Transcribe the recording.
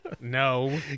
No